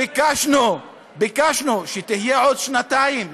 ביקשנו שהיא תהיה עוד שנתיים.